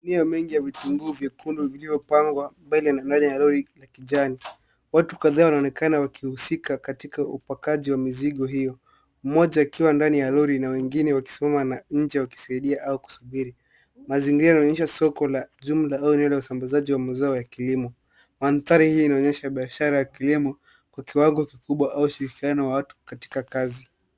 Guni mengi vya vitunguu vyekundu viliyopangwa mbele na ndani ya lori la kijani. Watu kadhaa wanaonekana wakihusika katika upakaji wa mzigo hiyo. Mmoja akiwa ndani ya lori na wengine wakisimama na nje wakisaidia au kusubiri. Mazingira inaonyesha soko la jumla au eneo la usambazaji wa mazao ya kilimo. Mandhari hii inaonyesha biashara ya kilimo, kwa kiwango kikubwa au shirikiano wa watu katika kazi.